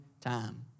time